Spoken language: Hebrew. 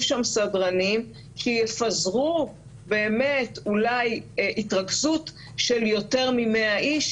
שם סדרנים שיפזרו התרכזות של יותר מ-100 איש,